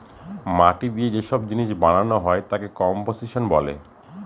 মাটি দিয়ে যে সব জিনিস বানানো তাকে কম্পোসিশন বলে